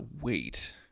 wait